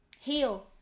heal